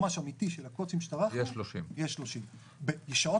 ממש אמיתי של הקוט"שים שצרכנו יהיה 30%. בשעות